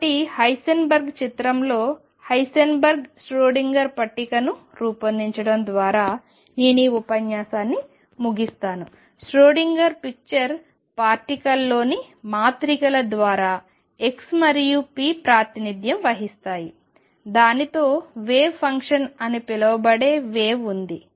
కాబట్టి హైసెన్బర్గ్ చిత్రంలో Heisenberg Schrodinger పట్టికను రూపొందించడం ద్వారా నేను ఈ ఉపన్యాసాన్ని ముగిస్తాను ష్రోడింగర్ పిక్చర్ పార్టికల్లోని మాత్రికల ద్వారా x మరియు p ప్రాతినిధ్యం వహిస్తాయి దానితో వేవ్ ఫంక్షన్ అని పిలువబడే వేవ్ ఉంది